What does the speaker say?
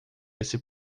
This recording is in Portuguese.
esse